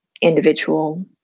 individual